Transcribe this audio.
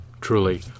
truly